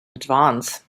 advance